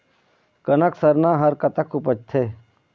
कनक सरना हर कतक उपजथे?